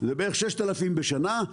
זה בערך 6,000 בשנה,